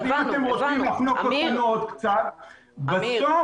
אז אם אתם רוצים לחנוק אותנו עוד קצת, בסוף